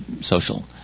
social